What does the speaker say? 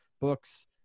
books